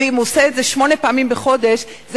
ואם הוא עושה את זה שמונה פעמים בחודש זה